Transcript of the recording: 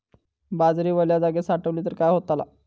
बाजरी वल्या जागेत साठवली तर काय होताला?